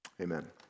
Amen